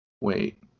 wait